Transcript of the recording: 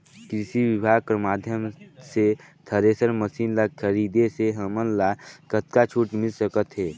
कृषि विभाग कर माध्यम से थरेसर मशीन ला खरीदे से हमन ला कतका छूट मिल सकत हे?